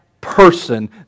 person